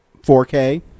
4K